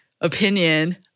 opinion